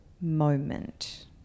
moment